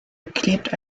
geklebt